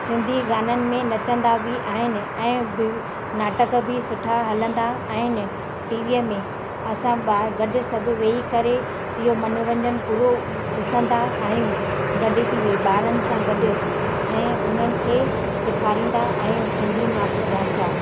सिंधी गाननि में नचंदा बि आहिनि ऐं नाटक बि सुठा हलंदा आहिनि टीवीअ में असां गॾु सभु वेही करे इहो मनोरंजन पूरो ॾिसंदा आहियूं गॾ जी वेही ॿारनि सां गॾ ऐं उन्हनि खे सेखारींदा आहियूं सिंधी मातृ भाषा